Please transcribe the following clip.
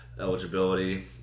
eligibility